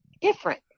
different